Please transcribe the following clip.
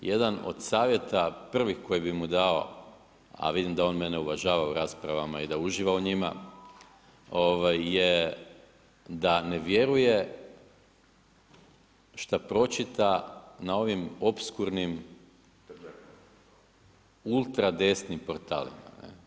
Jedan od savjeta prvih koje bi mu dao, a vidim da on mene uvažava u raspravama i da uživa u njima je da ne vjeruje šta pročita na ovim opskurnim ultra desnim portalima.